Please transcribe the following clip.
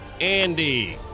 Andy